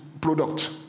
product